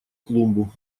клумбу